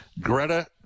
greta